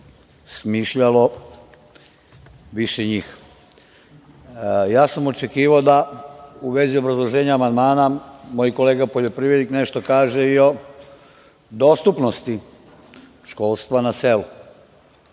smišljalo više njih. Ja sam očekivao da u vezi obrazloženja amandmana moj kolega poljoprivrednih nešto kaže i o dostupnosti školstva na selu.